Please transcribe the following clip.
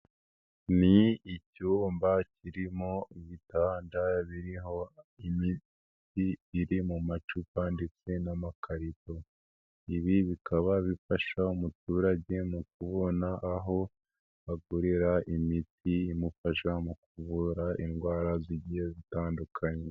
Ni icyumba kirimo ibitanda biriho imiti iri mu macupa ndetse n'amakarito, ibi bikaba bifasha umuturage mu kubona aho agurira imiti imufasha mu kuvura indwara zigiye zitandukanye.